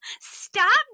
stop